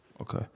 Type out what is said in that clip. Okay